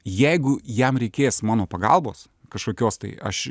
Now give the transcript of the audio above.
jeigu jam reikės mano pagalbos kažkokios tai aš